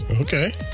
Okay